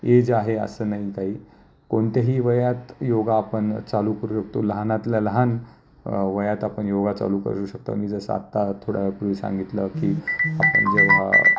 age आहे असं नाही काही कोणत्याही वयात योग आपण चालू करू शकतो लहानातल्या लहान वयात आपण योग चालू करू शकतो मी जसं आत्ता थोड्या वेळापूर्वी सांगितलं की आपण जेव्हा